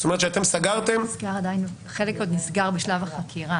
זאת אומרת שאתם סגרתם --- חלק עוד נסגרו בשלב החקירה.